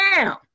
down